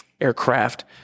aircraft